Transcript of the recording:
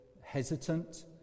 hesitant